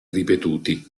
ripetuti